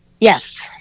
Yes